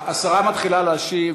רבותי, השרה מתחילה להשיב.